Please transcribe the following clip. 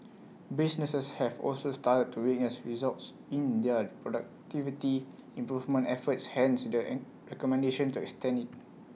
businesses have also started to witness results in their productivity improvement efforts hence the an recommendation to extend IT